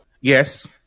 Yes